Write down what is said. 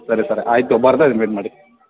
ಸರಿ ಸರ್ ಆಯಿತು ಬರ್ತಾ ಇದ್ದೀನಿ ವೈಟ್ ಮಾಡಿ